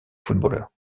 footballeurs